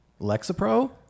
Lexapro